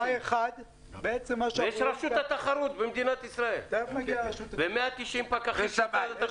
ויש רשות התחרות במדינת ישראל ו-190 פקחים במשרד התחבורה.